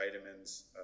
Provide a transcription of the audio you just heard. vitamins